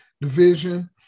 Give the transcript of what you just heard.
division